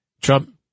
Trump